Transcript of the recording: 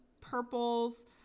purples